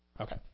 Okay